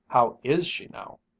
how is she now?